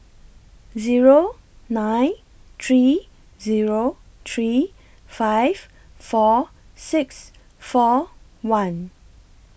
Zero nine three Zero three five four six four one